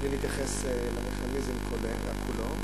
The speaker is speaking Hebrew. בלי להתייחס למכניזם כולו,